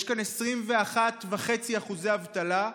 יש כאן 21.5% אבטלה,